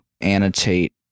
annotate